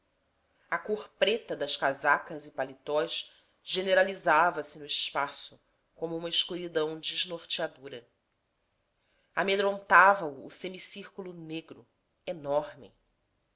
a cor preta das casacas e paletós generalizava se no espaço como uma escuridão desnorteadora amedrontava o o semicírculo negro enorme